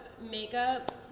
Makeup